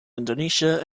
indonesia